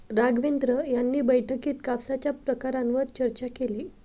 राघवेंद्र यांनी बैठकीत कापसाच्या प्रकारांवर चर्चा केली